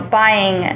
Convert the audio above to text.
buying